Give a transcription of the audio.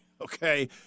okay